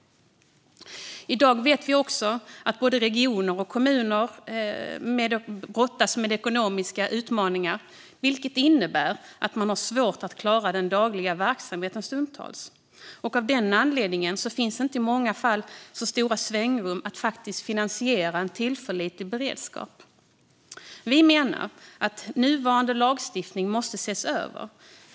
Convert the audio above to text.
I dag vet vi också att både regioner och kommuner brottas med ekonomiska utmaningar, vilket innebär att man stundtals har svårt att klara den dagliga verksamheten. Av den anledningen finns det i många fall inte så stort svängrum att faktiskt finansiera en tillförlitlig beredskap. Vi menar att nuvarande lagstiftning måste ses över.